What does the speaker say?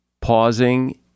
Pausing